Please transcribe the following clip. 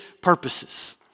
purposes